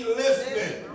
listening